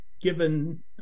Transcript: given